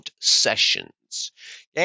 sessions